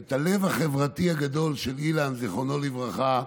את הלב החברתי הגדול של אילן, זיכרונו לברכה,